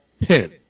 pin